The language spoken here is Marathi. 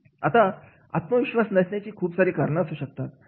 आता आत्मविश्वास नसण्याची खूप सारी कारणं असू शकतात